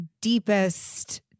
deepest